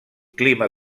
clima